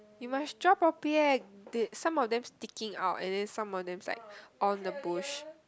you must draw properly some of them sticking out and then some of them is like on the bush